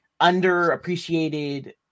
underappreciated